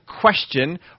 question